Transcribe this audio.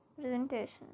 Presentation